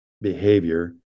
behavior